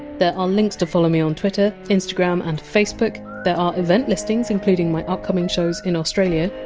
there are links to follow me on twitter, instagram and facebook, there are event listings including my upcoming shows in australia.